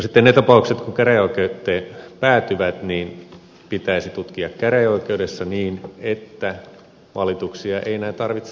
sitten ne tapaukset jotka käräjäoikeuteen päätyvät pitäisi tutkia käräjäoikeudessa niin että valituksia ei enää tarvitse tehdä